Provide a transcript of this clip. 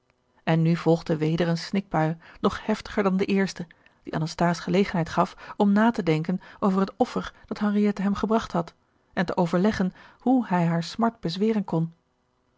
en nu volgde weder een snikbui nog heftiger dan de eerste die anasthase gelegenheid gaf om na te denken over het offer dat henriette hem gebracht had en te overleggen hoe hij hare smart bezweren kon